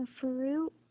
fruit